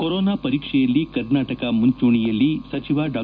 corona ಪರೀಕ್ಷೆಯಲ್ಲಿ ಕರ್ನಾಟಕ ಮುಂಚೂಣಿಯಲ್ಲಿ ಸಚಿವ ಡಾ